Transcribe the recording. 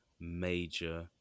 major